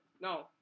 No